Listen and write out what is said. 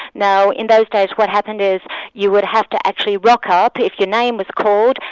now in those days, what happened is you would have to actually rock ah up if your name was called,